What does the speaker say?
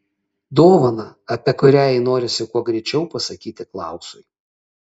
dovaną apie kurią jai norisi kuo greičiau pasakyti klausui